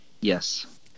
Yes